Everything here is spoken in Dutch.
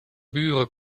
buren